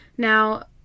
Now